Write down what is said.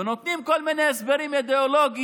ונותנים כל מיני הסברים אידיאולוגיים,